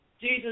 Jesus